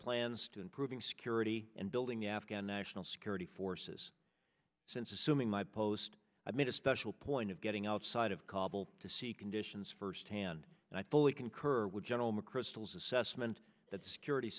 plans to improving security and building the afghan national security forces since assuming my post i made a special point of getting outside of kabul to see conditions firsthand and i thought we concur with general mcchrystal is assessment that security